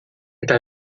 eta